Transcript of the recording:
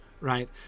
Right